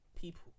people